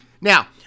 Now